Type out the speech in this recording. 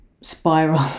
spiral